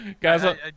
Guys